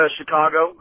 Chicago